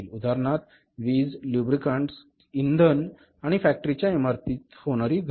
उदाहरणार्थ वीज लुब्रिकेंट्स किंवा इंधन आणि फॅक्टरीच्या इमारतीची होणारी घट